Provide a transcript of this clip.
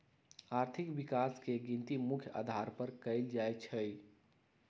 आर्थिक विकास के गिनती मुख्य अधार पर कएल जाइ छइ